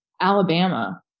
Alabama